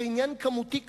זה עניין כמותי קטן,